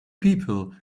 people